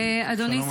שלום, השר.